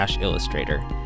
Illustrator